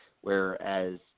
whereas